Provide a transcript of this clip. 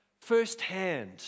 firsthand